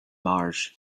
mars